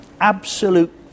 Absolute